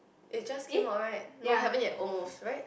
it just came out right no haven't yet almost right